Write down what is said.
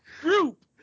group